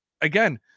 again